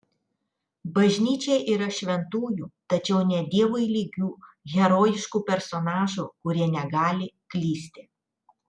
bažnyčia yra šventųjų tačiau ne dievui lygių herojiškų personažų kurie negali klysti